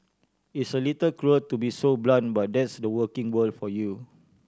it's a little cruel to be so blunt but that's the working world for you